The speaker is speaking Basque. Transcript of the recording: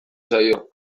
zaio